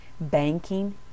banking